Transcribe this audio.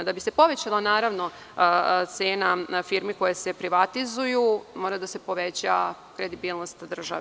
Da bi se povećala cena firmi koje se privatizuju mora da se poveće kredibilnost države.